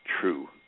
true